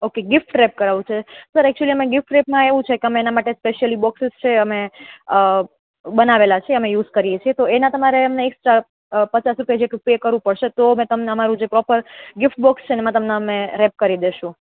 okay gift wrap કરાવું છે sir actually આમાં ગિફ્ટ રેપમાં એવું છે સ્પેસીઅલી બોક્સિસ છે ને બનાવેલા છે અમે યુઝ કરીએ છે તો એના તમારે એકસ્ટ્રા પચાસ પૂર્યાં જેટલું પે કરવું પડશે તો અમે તમને અમારું જે પ્રોપર ગિફ્ટ બોક્સ છે એમાં અમે તમને રેપ કરી દઈશું